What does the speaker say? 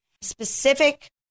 specific